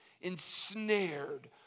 ensnared